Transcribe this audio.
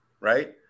right